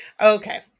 Okay